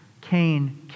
Cain